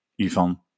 Ivan